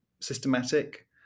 systematic